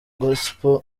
gospel